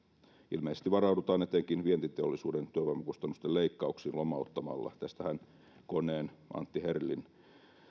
ilmeisesti varaudutaan etenkin vientiteollisuuden työvoimakustannusten leikkauksiin lomauttamalla tästähän koneen antti herlin